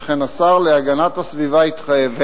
שכן השר להגנת הסביבה התחייב,